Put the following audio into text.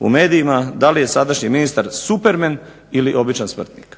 u medijima da li je sadašnji ministar Supermen ili običan smrtnik.